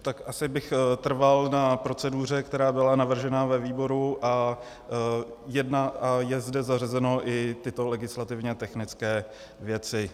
Tak asi bych trval na proceduře, která byla navržena ve výboru, a jsou zde zařazeny i tyto legislativně technické věci.